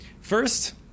First